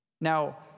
Now